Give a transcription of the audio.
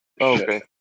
Okay